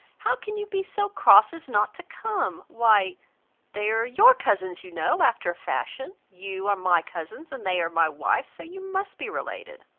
how can you be so cross as not to come? why they are your cousins, you know, after a fashion. you are my cousins, and they are my wife's, so you must be related.